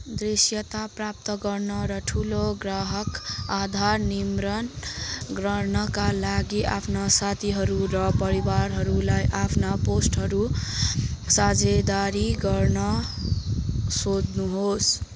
दृश्यता प्राप्त गर्न र ठुलो ग्राहक आधार निर्माण गर्नाका लागि आफ्ना साथीहरू र परिवारलाई आफ्ना पोस्टहरू साझेदारी गर्न सोध्नुहोस्